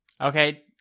Okay